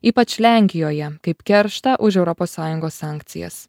ypač lenkijoje kaip kerštą už europos sąjungos sankcijas